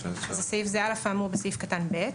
אף האמור בסעיף קטן (ב),